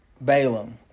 Balaam